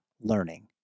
learning